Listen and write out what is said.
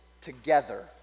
together